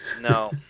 No